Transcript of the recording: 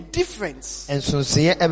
difference